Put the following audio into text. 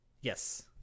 Yes